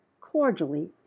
cordially